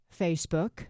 Facebook